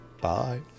Bye